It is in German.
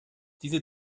diese